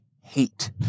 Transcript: hate